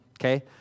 okay